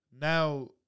now